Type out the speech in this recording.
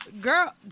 girl